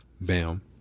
Bam